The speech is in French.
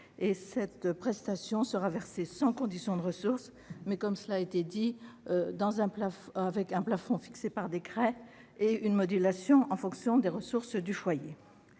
Cette prestation sera versée sans conditions de ressources, mais avec un plafond fixé par décret et une modulation en fonction des ressources du foyer.